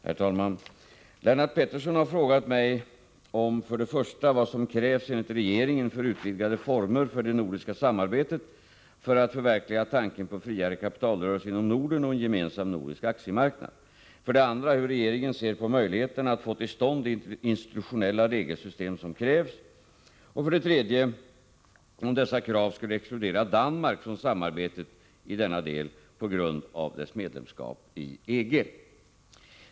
Herr talman! Lennart Pettersson har frågat mig 1. vad som krävs enligt regeringen för utvidgade former för det nordiska samarbetet för att förverkliga tanken på friare kapitalrörelser inom Norden och en gemensam nordisk aktiemarknad, 2. hur regeringen ser på möjligheterna att få till stånd det institutionella regelsystem som krävs, 3. om dessa krav skulle exkludera Danmark från samarbetet i denna del på grund av dess medlemskap i EG.